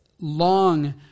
long